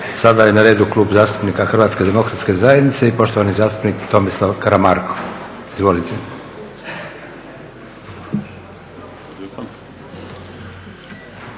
Sada je na redu Klub zastupnika Hrvatske demokratske zajednice i poštovani zastupnik Tomislav Karamarko. Izvolite.